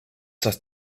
das